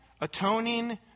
atoning